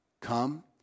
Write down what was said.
Come